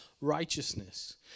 righteousness